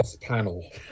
panel